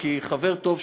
חבר טוב,